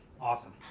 Awesome